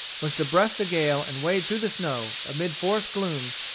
was to breast the gale and wade through the snow, amid forest glooms,